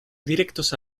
directos